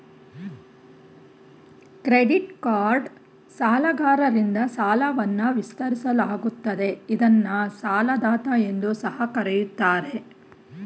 credit card ಸಾಲಗಾರರಿಂದ ಸಾಲವನ್ನ ವಿಸ್ತರಿಸಲಾಗುತ್ತದೆ ಇದ್ನ ಸಾಲದಾತ ಎಂದು ಸಹ ಕರೆಯುತ್ತಾರೆ